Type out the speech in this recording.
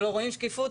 ולא רואים שקיפות,